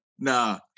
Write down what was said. Nah